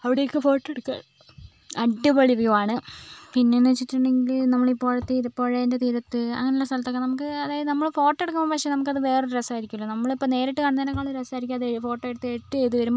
അവിടെയൊക്കേ photo എടുക്കാൻ അടിപൊളി view ആണ് പിന്നേന്നു വെച്ചിട്ടുണ്ടെങ്കില് നമ്മൾ ഈ പുഴ തീര പുഴേൻറ്റെ തീരത്ത് അങ്ങനെയുള്ള സ്ഥലത്തൊക്കേ നമുക്ക് അതായത് നമ്മള് ഫോട്ടോ എടുക്കുമ്പോൾ പക്ഷേ നമുക്കത് വേറൊരു രസമായി നമ്മളിപ്പോൾ നേരിട്ട് കാണുന്നതിനേക്കാളും രസമായിരിക്കും അത് ഫോട്ടോ എടുത്ത് എഡിറ്റ് ചെയ്ത് വരുമ്പോൾ